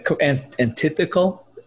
antithetical